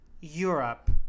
Europe